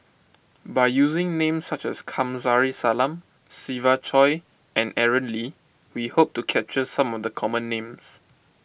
by using names such as Kamsari Salam Siva Choy and Aaron Lee we hope to capture some of the common names